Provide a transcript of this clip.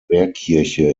wehrkirche